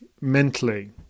mentally